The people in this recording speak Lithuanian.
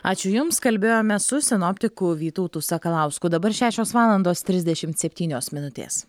ačiū jums kalbėjome su sinoptiku vytautu sakalausku dabar šešios valandos trisdešimt septynios minutės